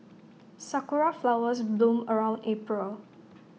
Sakura Flowers bloom around April